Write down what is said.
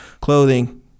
clothing